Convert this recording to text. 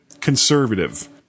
conservative